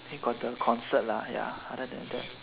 eh got the concert lah ya other than that